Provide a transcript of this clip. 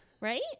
right